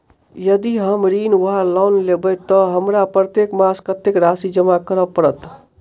यदि हम ऋण वा लोन लेबै तऽ हमरा प्रत्येक मास कत्तेक राशि जमा करऽ पड़त?